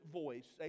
voice